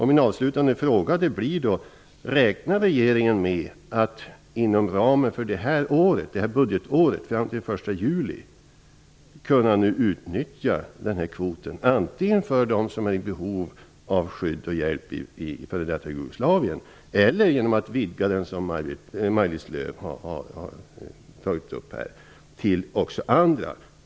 Min avslutande fråga blir: Räknar regeringen med att under innevarande budgetår, fram till den 1 juli, kunna utnyttja denna kvot antingen för dem som är i behov av skydd och hjälp i f.d. Jugoslavien eller genom en utvidgning, som Maj-Lis Lööw här har tagit upp, så att den omfattar också andra?